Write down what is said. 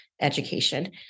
education